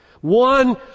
One